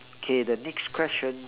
K the next question